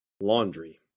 laundry